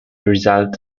result